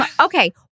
Okay